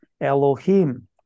Elohim